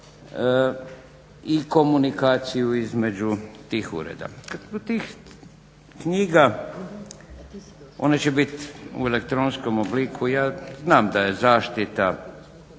i komunikaciju između tih ureda. …/Ne razumije se./… tih knjiga one će bit u elektronskom obliku, ja znam da je zaštita